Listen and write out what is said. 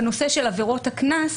בנושא של עבירות הקנס,